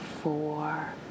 four